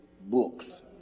books